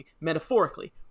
Metaphorically